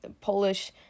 Polish